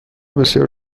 بسیار